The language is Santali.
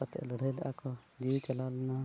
ᱠᱟᱛᱮᱫ ᱞᱟᱹᱲᱦᱟᱹᱭ ᱞᱮᱫᱼᱟ ᱠᱚ ᱡᱤᱣᱤ ᱪᱟᱞᱟᱣ ᱞᱮᱱᱟ